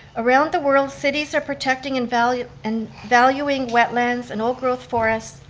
around the world, cities are protecting and valuing and valuing wetlands and old growth forest,